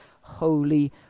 holy